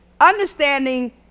understanding